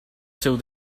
seu